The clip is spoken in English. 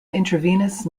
intravenous